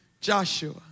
Joshua